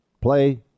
Play